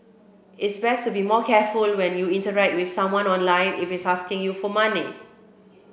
it's best to be more careful when you interact with someone online if he's asking you for money